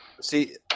See